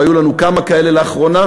והיו לנו כמה כאלה לאחרונה,